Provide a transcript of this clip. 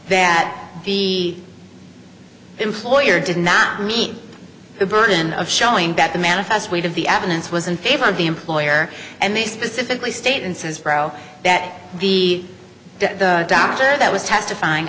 that the employer did not meet the burden of showing that the manifest weight of the apennines was in favor of the employer and they specifically state and says bro that the doctor that was testifying